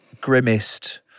grimmest